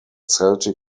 celtic